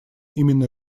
именно